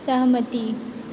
सहमति